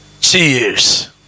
cheers